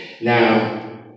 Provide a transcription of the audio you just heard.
now